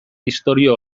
historia